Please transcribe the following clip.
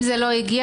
אם זה לא הגיע,